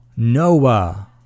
Noah